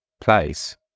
place